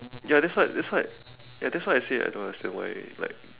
ya that's why that's why I say I don't understand why